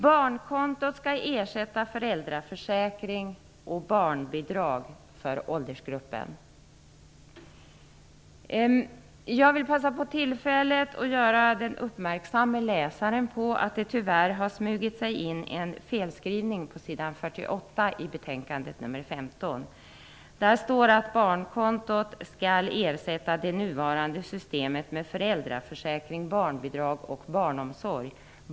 Barnkontot skall ersätta föräldraförsäkring och barnbidrag för denna åldersgrupp. Jag vill passa på tillfället att göra läsaren uppmärksam på att det tyvärr har smugit sig in en felskrivning på s. 48 i betänkande nr 15. Där står det att barnkontot skall ersätta det nuvarande systemet med föräldraförsäkring, barnbidrag och barnomsorg.